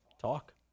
talk